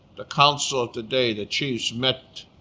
the council of the day the chiefs met